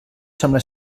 sembla